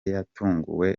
yatunguwe